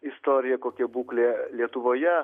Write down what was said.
istorija kokia būklė lietuvoje